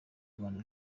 rwanda